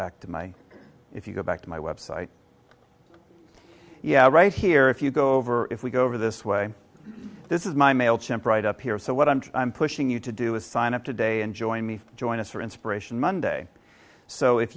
back to my if you go back to my web site yeah right here if you go over if we go over this way this is my mail chimp right up here so what i'm pushing you to do is sign up today and join me to join us for inspiration monday so if